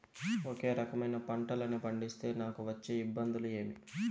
ఒకే రకమైన పంటలని పండిస్తే నాకు వచ్చే ఇబ్బందులు ఏమి?